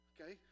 Okay